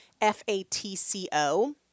F-A-T-C-O